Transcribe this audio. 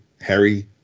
Harry